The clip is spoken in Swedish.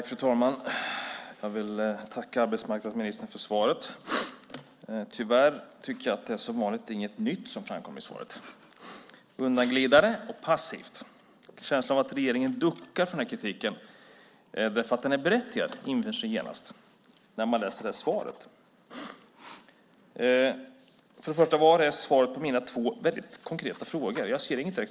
Fru talman! Jag vill tacka arbetsmarknadsministern för svaret. Tyvärr tycker jag att det som vanligt inte är något nytt som framkommer i svaret. Det är undanglidande och passivt. Känslan av att regeringen duckar för den här kritiken, därför att den är berättigad, infinner sig genast när man läser svaret. Först och främst ser jag inget direkt svar på mina två väldigt konkreta frågor.